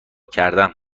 کردم